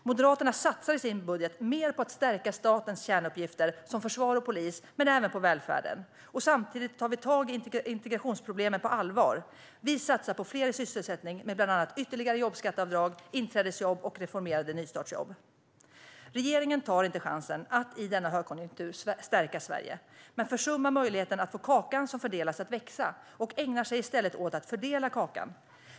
Moderaterna satsar i sin budget mer på att stärka statens kärnuppgifter som försvar och polis men även på välfärden. Samtidigt tar vi tag i integrationsproblemen på allvar. Vi satsar på fler i sysselsättning med bland annat ytterligare jobbskatteavdrag, inträdesjobb och reformerade nystartsjobb. Regeringen tar inte chansen att i denna högkonjunktur stärka Sverige. Man försummar möjligheten att få kakan som fördelas att växa och ägnar sig i stället åt att fördela kakan.